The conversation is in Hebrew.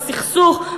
לסכסוך,